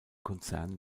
konzern